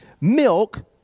Milk